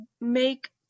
make